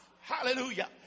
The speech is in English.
hallelujah